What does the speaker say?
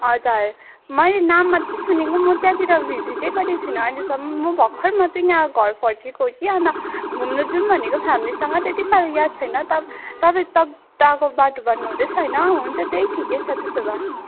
हजुर मैले नाम मात्रै सुनेको म त्यहाँतिर भिजिटै गरेको छुइनँ अहिलेसम्म म भर्खर मात्रै यहाँ घर फर्केको कि अन्त घुम्नु जुम् भनेको फ्यामलीसँग त्यति साह्रो याद छैन तप् तपाईँले तक्दाहको बाटो भन्नु हुँदैछ होइन हुन्छ त्यही ठिकै छ त्यसो भए